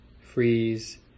freeze